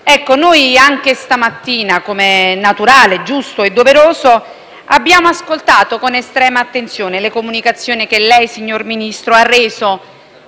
*(PD)*. Anche stamattina, come è naturale, giusto e doveroso, abbiamo ascoltato con estrema attenzione le comunicazioni che lei, signor Ministro, ha reso